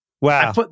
Wow